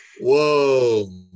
Whoa